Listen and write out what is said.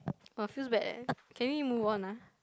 orh feels bad leh can we move on ah